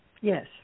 Yes